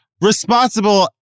responsible